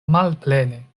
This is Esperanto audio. malplene